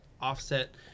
offset